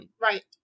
Right